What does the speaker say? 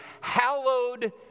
Hallowed